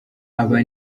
aba